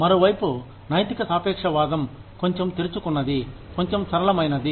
మరోవైపు నైతిక సాపేక్షవాదం కొంచెం తెరుచుకున్నది కొంచెం సరళమైనది